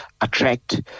attract